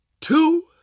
two